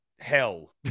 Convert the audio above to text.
Hell